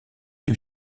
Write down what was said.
lui